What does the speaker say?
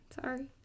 Sorry